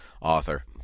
author